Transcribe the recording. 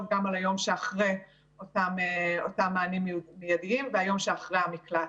גם על היום שאחרי אותם מענים מיידיים ועל היום שאחרי המקלט.